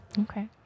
okay